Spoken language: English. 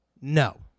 No